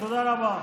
תודה רבה.